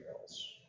else